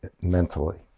mentally